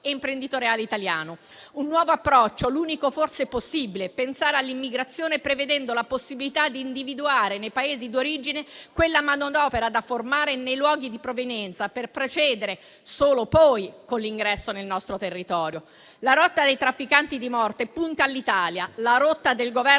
imprenditoriale italiano. È un nuovo approccio, l'unico forse possibile: pensare all'immigrazione prevedendo la possibilità di individuare nei Paesi d'origine quella manodopera da formare nei luoghi di provenienza, per procedere solo in seguito all'ingresso nel nostro territorio. La rotta dei trafficanti di morte punta all'Italia; la rotta del Governo